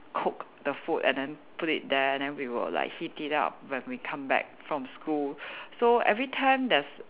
cook the food and then put it there and then we will like heat it up when we come back from school so every time there's